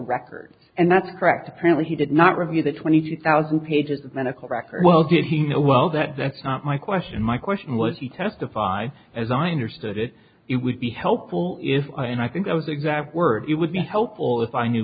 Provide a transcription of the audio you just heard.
record and that's correct apparently he did not review the twenty thousand pages of medical records well did he know well that that's not my question my question was he testified as i understood it it would be helpful if and i think i was the exact word it would be helpful if i knew